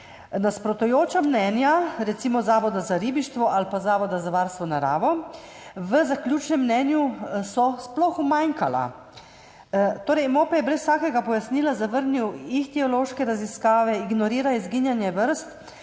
Nasprotujoča mnenja, recimo Zavoda za ribištvo ali pa Zavoda za varstvo narave, so v zaključnem mnenju sploh umanjkala. Torej MOPE je brez vsakega pojasnila zavrnil ihtiološke raziskave. Ignorira izginjanje vrst,